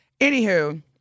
Anywho